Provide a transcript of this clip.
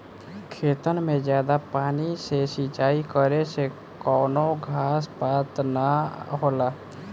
खेतन मे जादा पानी से सिंचाई करे से कवनो घास पात ना होला